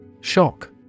Shock